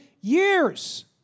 years